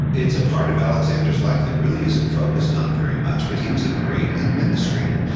it's a part of alexander's life that really isn't focused on very much, but he was a great administrator.